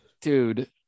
dude